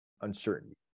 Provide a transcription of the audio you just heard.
uncertainty